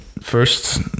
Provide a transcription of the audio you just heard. first